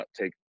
take